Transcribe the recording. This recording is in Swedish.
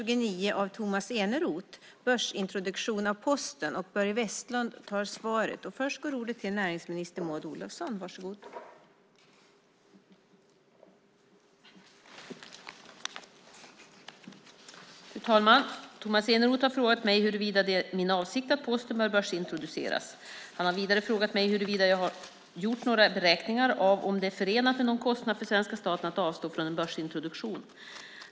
Fru talman! Tomas Eneroth har frågat mig huruvida det är min avsikt att Posten bör börsintroduceras. Han har vidare frågat mig huruvida jag har gjort några beräkningar av om det är förenat med någon kostnad för svenska staten att avstå från en börsintroduktion.